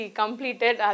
completed